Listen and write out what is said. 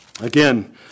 Again